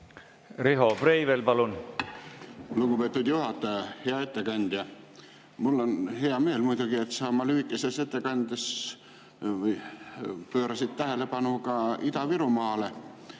Riho Breivel, palun! Lugupeetud juhataja! Hea ettekandja! Mul on hea meel, et sa oma lühikeses ettekandes pöörasid tähelepanu ka Ida-Virumaale,